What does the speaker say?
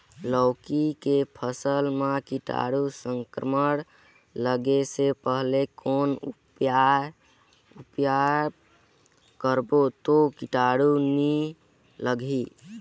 लौकी के फसल मां कीटाणु संक्रमण लगे से पहले कौन उपाय करबो ता कीटाणु नी लगही?